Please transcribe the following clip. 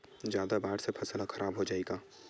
जादा बाढ़ से फसल ह खराब हो जाहि का?